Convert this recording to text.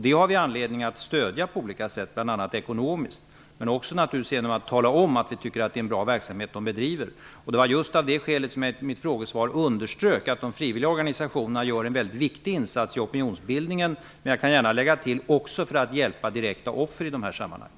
Det har vi anledning att stödja på olika sätt, bl.a. ekonomiskt, men naturligtvis också genom att tala om att vi tycker att det är en bra verksamhet de bedriver. Det var också just av det skälet som jag i mitt frågesvar underströk att de frivilliga organisationerna gör en väldigt viktig insats i opinionsbildningen, men jag kan gärna lägga till att deras verksamhet är viktig också för att hjälpa direkta offer i de här sammanhangen.